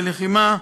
בלחימה,